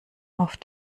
auf